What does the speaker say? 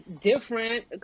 different